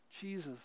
Jesus